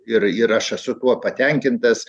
ir ir aš esu tuo patenkintas